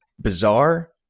bizarre